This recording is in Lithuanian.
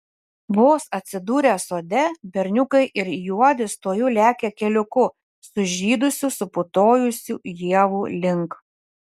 vos atsidūrę sode berniukai ir juodis tuojau lekia keliuku sužydusių suputojusių ievų link